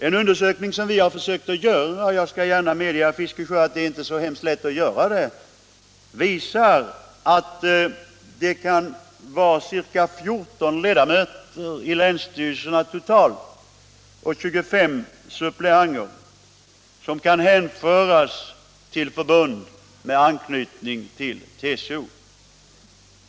En undersökning som vi har försökt göra — jag skall gärna medge för herr Fiskesjö att den inte är särskilt lätt att göra — visar att det i länsstyrelserna totalt kan vara ca 14 ledamöter och 25 suppleanter som kan hänföras till att ha direkt anknytning till TCO.